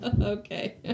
Okay